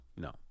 no